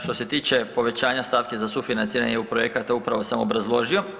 Što se tiče povećanje stavke za sufinanciranje EU projekata upravo sam obrazložio.